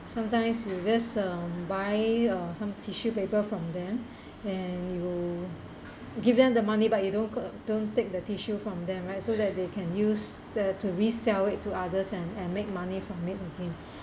sometimes you just um buy uh some tissue paper from them and you give them the money but you don't don't take the tissue from them right so that they can use that to resell it to others and and make money from it again